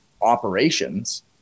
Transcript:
operations